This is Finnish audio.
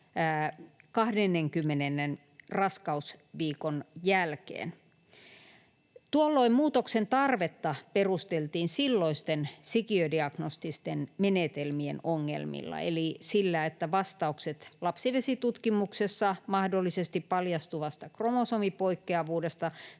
20. raskausviikon jälkeen. Tuolloin muutoksen tarvetta perusteltiin silloisten sikiödiagnostisten menetelmien ongelmilla eli sillä, että vastaukset lapsivesitutkimuksessa mahdollisesti paljastuvasta kromosomipoikkeavuudesta